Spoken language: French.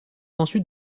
ensuite